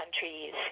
countries